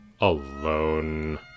alone